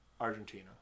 Argentina